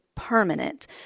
permanent